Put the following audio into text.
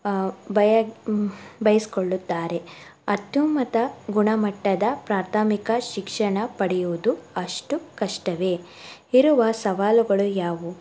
ಬಯ ಬಯ್ಸ್ಕೊಳ್ಳುತ್ತಾರೆ ಅತ್ಯುನ್ನತ ಗುಣಮಟ್ಟದ ಪ್ರಾಥಮಿಕ ಶಿಕ್ಷಣ ಪಡೆಯುವುದು ಅಷ್ಟು ಕಷ್ಟವೇ ಇರುವ ಸವಾಲುಗಳು ಯಾವು